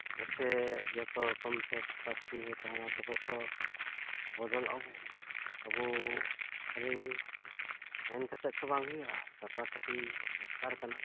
ᱡᱟᱛᱷᱮ ᱡᱚᱛᱚ ᱨᱚᱠᱚᱢᱛᱮ ᱥᱟᱯᱟᱥᱟᱹᱯᱤᱵᱚ ᱛᱟᱦᱮᱱᱟ ᱛᱚᱵᱮᱛᱚ ᱵᱚᱫᱚᱞᱚᱜ ᱟᱵᱚ ᱟᱵᱚ ᱠᱷᱟᱹᱞᱤ ᱢᱮᱱ ᱠᱟᱛᱮᱫ ᱛᱚ ᱵᱟᱝ ᱦᱩᱭᱩᱜᱼᱟ ᱥᱟᱯᱟᱥᱟᱹᱯᱤ ᱫᱚᱨᱠᱟᱨ ᱠᱟᱱᱟ